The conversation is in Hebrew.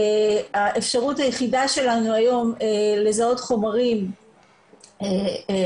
האפשרות היחידה שלנו היום לזהות חומרים אחרים,